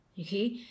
okay